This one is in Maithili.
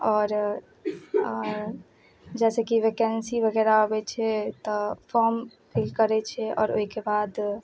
आओर जाहि सऽ कि वेकेन्सी वगैरह अबै छै तऽ फॉर्म फिल करै छै आओर ओहिके बाद